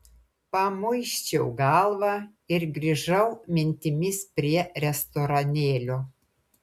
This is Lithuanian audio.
pamuisčiau galvą ir grįžau mintimis prie restoranėlio